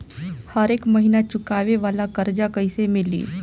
हरेक महिना चुकावे वाला कर्जा कैसे मिली?